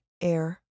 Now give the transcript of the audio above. air